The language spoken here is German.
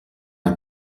ein